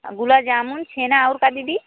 गुलाब जामुन छेना अऊर का दीदी